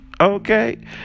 okay